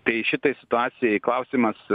tai šitai situacijai klausimas